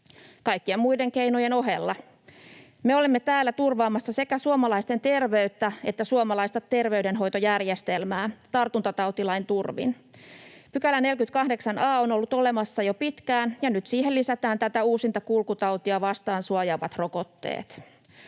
kaikkien muiden keinojen ohella. — Me olemme täällä turvaamassa sekä suomalaisten terveyttä että suomalaista terveydenhoitojärjestelmää tartuntatautilain turvin. 48 a § on ollut olemassa jo pitkään, ja nyt siihen lisätään tätä uusinta kulkutautia vastaan suojaavat rokotteet.